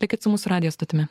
likit su mūsų radijo stotimi